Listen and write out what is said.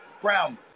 Brown